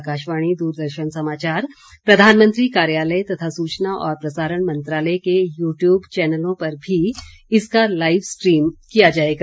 आकाशवाणी दूरदर्शन समाचार प्रधानमंत्री कार्यालय तथा सूचना और प्रसारण मंत्रालय के यू टयूब चैनलों पर भी इसका लाइव स्ट्रीम किया जाएगा